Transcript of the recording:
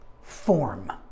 form